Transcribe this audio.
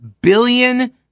billion